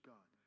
God